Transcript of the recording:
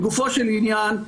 לגופו של עניין,